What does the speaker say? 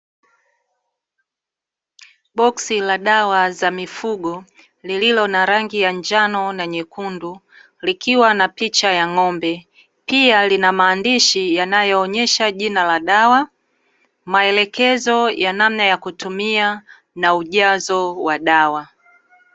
Boxi la dawa za mifugo lililo na rangi ya njano na nyekundu likiwa na picha ya ng'ombe pia lina maandishi yanayoonyesha jina la dawa, maelekezo ya namna ya kutumia na ujazo wa dawa.